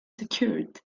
secured